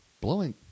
blowing